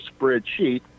spreadsheet